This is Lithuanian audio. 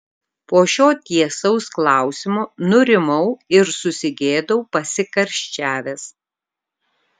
po šio tiesaus klausimo nurimau ir susigėdau pasikarščiavęs